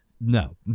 no